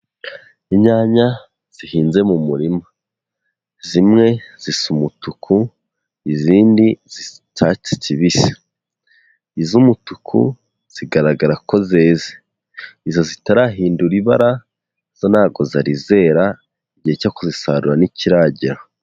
Inyanya zihinze mu murima, zimwe zisa umutuku, izindi zisa icyatsi kibisi, iz'umutuku zigaragara ko zeze, izo zitarahindura ibara zo ntabwo zari zera, igihe cyo kuzisarura ntikiragera.